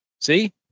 See